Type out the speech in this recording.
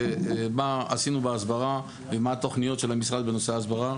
מה עשינו בהסברה ומה התוכניות של המשרד בנושא ההסברה.